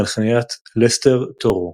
בהנחיית לסטר תורו.